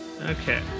Okay